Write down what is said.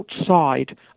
outside